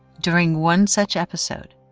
during one such episode,